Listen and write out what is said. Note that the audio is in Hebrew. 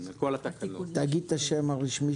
מי